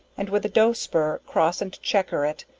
and with a dough spur, cross and chequer it,